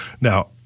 Now